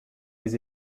les